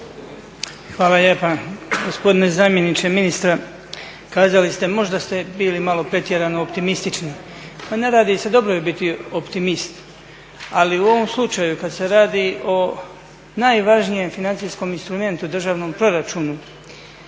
Hvala lijepa. Gospodine zamjeniče ministra, kazali ste, možda ste bili malo pretjerano optimistični. Pa ne radi se, dobro je biti optimist ali u ovom slučaju kada se radi o najvažnijem financijskom instrumentu državnom proračunu